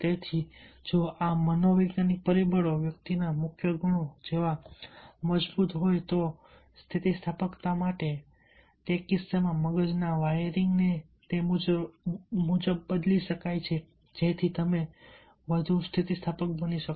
તેથી જો આ મનોવૈજ્ઞાનિક પરિબળો વ્યક્તિના મુખ્ય ગુણો જેવા મજબૂત હોય તો પણ સ્થિતિસ્થાપકતા માટે હોય તો તે કિસ્સામાં મગજના વાયરિંગને તે મુજબ બદલી શકાય છે જેથી તમે વધુ સ્થિતિસ્થાપક પણ બની શકો